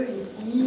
ici